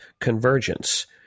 convergence